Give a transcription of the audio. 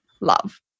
love